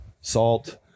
salt